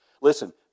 Listen